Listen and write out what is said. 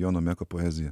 jono meko poeziją